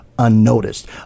unnoticed